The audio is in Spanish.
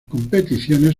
competiciones